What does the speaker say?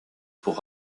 pour